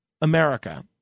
America